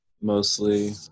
mostly